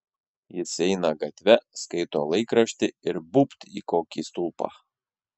jis eina gatve skaito laikraštį ir būbt į kokį stulpą